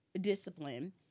discipline